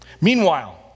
Meanwhile